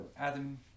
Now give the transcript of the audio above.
Adam